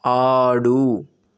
ఆడు